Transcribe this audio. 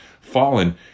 fallen